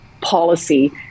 policy